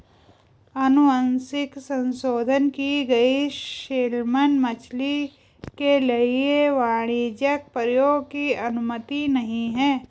अनुवांशिक संशोधन की गई सैलमन मछली के लिए वाणिज्यिक प्रयोग की अनुमति नहीं है